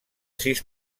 sis